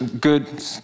good